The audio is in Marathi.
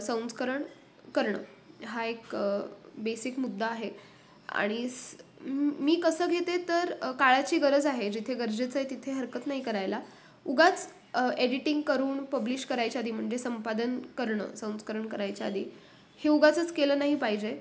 संस्करण करणं हा एक बेसिक मुद्दा आहे आणि स मी कसं घेते तर काळाची गरज आहे जिथे गरजेचं आहे तिथे हरकत नाही करायला उगाच एडिटिंग करून पब्लिश करायच्या आधी म्हणजे संपादन करणं संस्करण करायच्या आधी हे उगाचंच केलं नाही पाहिजे